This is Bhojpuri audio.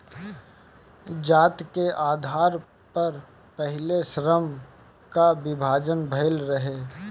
जाति के आधार पअ पहिले श्रम कअ विभाजन भइल रहे